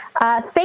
Thank